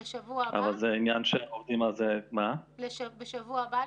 אבל זה עניין שעובדים על זה --- בשבוע הבא,